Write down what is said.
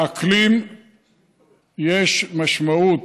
לאקלים יש משמעות.